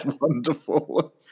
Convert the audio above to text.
wonderful